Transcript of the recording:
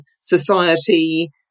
society